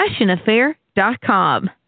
FashionAffair.com